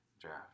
draft